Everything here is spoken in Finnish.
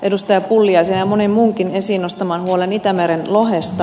pulliaisen ja monen muunkin esiin nostamaan huoleen itämeren lohesta